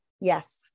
Yes